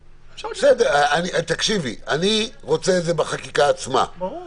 אני רוצה את זה בחקיקה עצמה -- ברור.